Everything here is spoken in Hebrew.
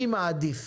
אני מעדיף